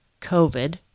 COVID